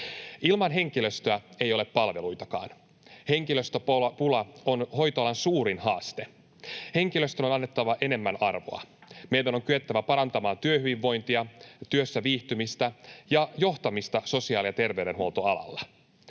Ilman henkilöstöä ei ole palveluitakaan. Henkilöstöpula on hoitoalan suurin haaste. Henkilöstölle on annettava enemmän arvoa. Meidän on kyettävä parantamaan työhyvinvointia, työssä viihtymistä ja johtamista sosiaali- ja terveydenhuoltoalalla.